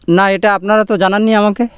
না এটা আপনারা তো জানাননি আমাকে